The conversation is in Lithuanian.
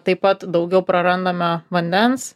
taip pat daugiau prarandame vandens